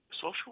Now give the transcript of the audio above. Social